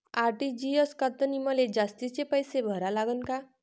RTGS करतांनी मले जास्तीचे पैसे भरा लागन का?